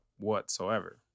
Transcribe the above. Whatsoever